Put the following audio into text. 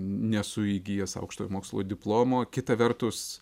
nesu įgijęs aukštojo mokslo diplomo kita vertus